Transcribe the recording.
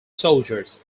soldiers